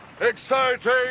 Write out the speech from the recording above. exciting